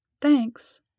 Thanks